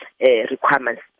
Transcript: requirements